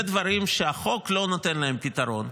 אלה דברים שהחוק של מס רכוש לא נותן להם פתרון,